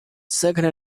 second